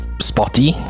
spotty